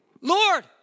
Lord